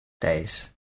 days